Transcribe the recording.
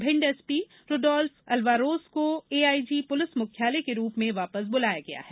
Bhind SP Rudolf Alvares को AIG प्रलिस मुख्यालय के रूप में वापस बुलाया गया है